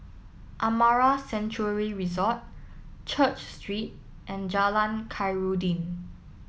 Amara Sanctuary Resort Church Street and Jalan Khairuddin